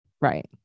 Right